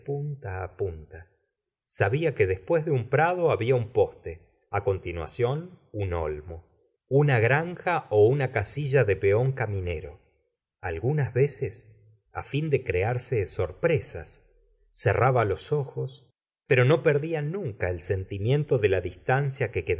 punta á punta sabia que después de un prado habla un poste á continuación un olmo una granja ó una casilla de peón cai minero algunas veces á fin de crearae sorpresas cerraba los ojos pero no perdía nunca el sentimiento de la distancia que